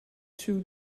too